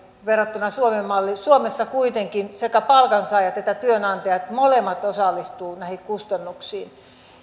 verrattuna suomen malliin suomessa kuitenkin sekä palkansaajat että työnantajat molemmat osallistuvat näihin kustannuksiin